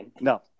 No